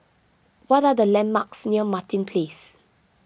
what are the landmarks near Martin Place